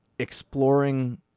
exploring